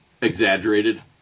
exaggerated